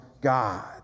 God